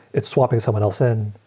it's swapping someone else in.